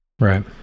right